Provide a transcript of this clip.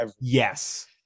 Yes